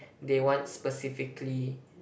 they want specifically